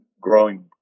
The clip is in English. growing